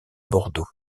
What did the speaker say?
bordeaux